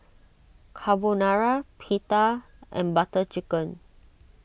Carbonara Pita and Butter Chicken